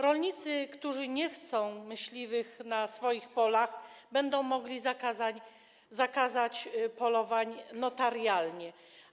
Rolnicy, którzy nie chcą myśliwych na swoich polach, będą mogli zakazać polowań notarialnie.